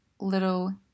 little